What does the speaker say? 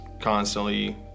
constantly